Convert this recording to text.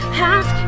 half